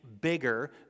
bigger